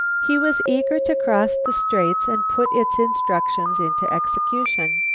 he was eager to cross the straits and put its instructions into execution.